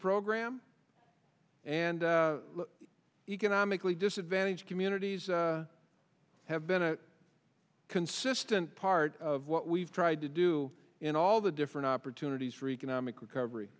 program and economically disadvantaged communities have been a consistent part of what we've tried to do in all the different opportunities for economic recovery